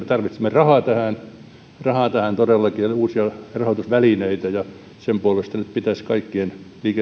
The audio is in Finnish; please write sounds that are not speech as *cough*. *unintelligible* tarvitsemme rahaa tähän todellakin ja uusia rahoitusvälineitä ja sen puolesta nyt pitäisi kaikkien